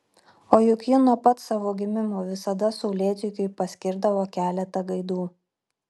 o juk ji nuo pat savo gimimo visada saulėtekiui paskirdavo keletą gaidų